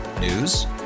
News